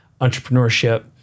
entrepreneurship